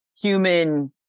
human